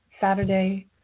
Saturday